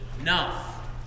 enough